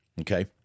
Okay